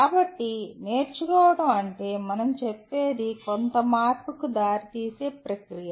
కాబట్టి నేర్చుకోవడం అంటే మనం చెప్పేది కొంత మార్పుకు దారితీసే ప్రక్రియ